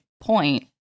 point